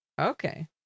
Okay